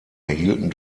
erhielten